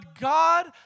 God